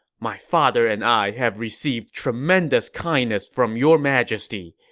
my father and i have received tremendous kindness from your majesty.